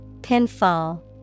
Pinfall